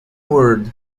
world